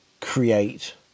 create